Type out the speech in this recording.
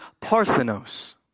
Parthenos